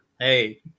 Hey